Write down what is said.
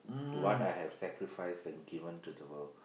what I have sacrificed and given to the world